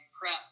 prep